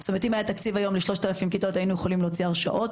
כלומר אם היה תקציב היום ל-3,000 כיתות היינו יכולים להוציא הרשאות.